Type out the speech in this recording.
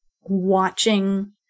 watching